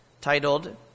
titled